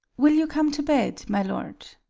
will you come to bed, my lord?